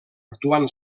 actuant